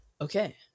okay